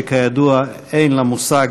שכידוע אין לה מושג